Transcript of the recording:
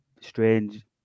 strange